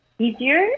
easier